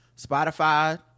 Spotify